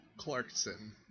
Clarkson